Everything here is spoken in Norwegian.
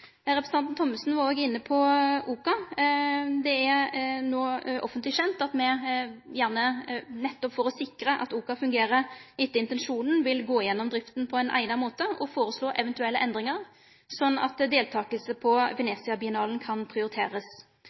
Representanten Thommessen var òg inne på Office of Contemporary Art, OCA. Det er no offentleg kjent at me, nettopp for å sikre at OCA fungerer etter intensjonen, vil gå gjennom drifta på ein eigna måte og foreslå eventuelle endringar, sånn at deltaking på Venezia-biennalen kan prioriterast.